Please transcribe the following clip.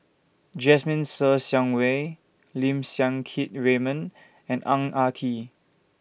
Jasmine Ser Xiang Wei Lim Siang Keat Raymond and Ang Ah Tee